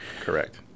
Correct